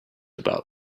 about